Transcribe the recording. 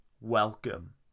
welcome